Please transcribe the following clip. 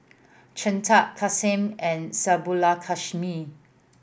Chetan Kanshi and Subbulakshmi